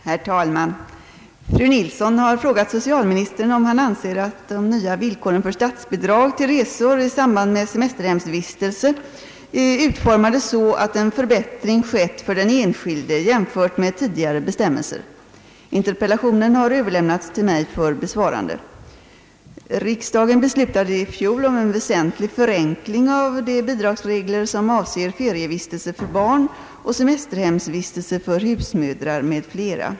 Herr talman! Fru Nilsson har frågat socialministern om han anser att de nya villkoren för statsbidrag till resor i samband med semesterhemsvistelse är utformade så att en förbättring skett för den enskilde jämfört med tidigare bestämmelser. <Interpellationen «har överlämnats till mig för besvarande. Riksdagen beslutade i fjol om en väsentlig förenkling av de bidragsregler som avser ferievistelse för barn och semesterhemsvistelse för husmödrar m.fl.